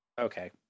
Okay